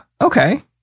Okay